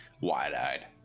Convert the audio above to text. wide-eyed